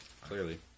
Clearly